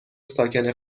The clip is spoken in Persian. ساکن